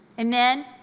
amen